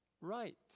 right